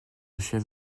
chef